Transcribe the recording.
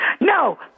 No